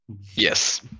Yes